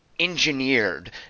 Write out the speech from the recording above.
engineered